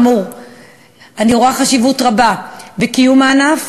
אני רואה חשיבות רבה בקיום הענף.